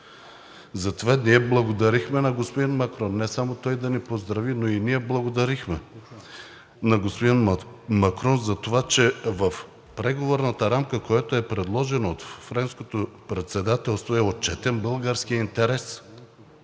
Затова ние благодарихме на господин Макрон. Но само той да ни поздрави, но и ние благодарихме на господин Макрон за това, че в Преговорната рамка, която е предложена от Френското председателство, е отчетен българският интерес.